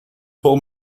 pull